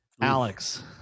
alex